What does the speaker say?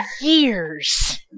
years